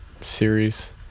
series